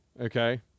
Okay